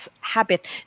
habit